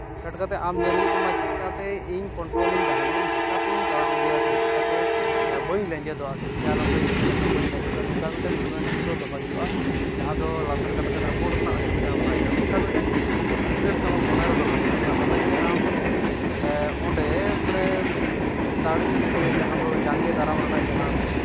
ᱯᱷᱮᱰ ᱠᱟᱛᱮᱫ ᱟᱢ ᱧᱮᱞ ᱦᱩᱭᱩᱜ ᱛᱟᱢᱟ ᱪᱤᱠᱟᱹᱛᱮ ᱤᱧ ᱠᱚᱱᱴᱨᱳᱞᱤᱧ ᱛᱟᱦᱮᱱᱟ ᱪᱤᱠᱟᱹᱛᱤᱧ ᱛᱟᱲᱟᱢ ᱤᱫᱤᱭᱟ ᱥᱮ ᱪᱤᱠᱟᱹᱛᱮ ᱵᱟᱹᱧ ᱞᱮᱸᱡᱮᱫᱚᱜᱼᱟ ᱥᱮ ᱥᱮᱭᱟᱞᱚᱢ ᱨᱤᱧ ᱞᱮᱵᱮᱫ ᱞᱮᱱᱠᱷᱟᱱ ᱵᱟᱹᱧ ᱞᱮᱸᱡᱮᱫᱚᱜᱼᱟ ᱱᱚᱝᱠᱟ ᱢᱤᱫᱴᱟᱱ ᱜᱩᱱᱟᱹᱱ ᱪᱤᱱᱛᱟᱹ ᱫᱚᱦᱚᱭ ᱦᱩᱭᱩᱜᱼᱟ ᱡᱟᱦᱟᱸ ᱫᱚ ᱞᱟᱛᱟᱨ ᱠᱟᱴᱟ ᱛᱮ ᱨᱟᱵᱚᱲ ᱨᱮᱱᱟᱜ ᱪᱤᱱᱛᱟᱹ ᱵᱷᱟᱵᱱᱟᱭ ᱦᱩᱭᱩᱜᱼᱟ ᱱᱚᱝᱠᱟ ᱢᱤᱫᱴᱮᱱ ᱤᱠᱥᱯᱨᱤᱭᱮᱱᱥ ᱢᱚᱱᱮ ᱨᱮ ᱫᱚᱦᱚᱭ ᱦᱩᱭᱩᱜᱼᱟ ᱛᱟᱦᱚᱞᱮ ᱜᱮ ᱟᱢ ᱚᱸᱰᱮ ᱢᱟᱱᱮ ᱫᱟᱲᱮ ᱥᱮ ᱡᱟᱦᱟᱸ ᱫᱚ ᱡᱟᱸᱜᱮ ᱫᱟᱨᱟᱢ ᱨᱮᱱᱟᱜ ᱡᱟᱦᱟᱸ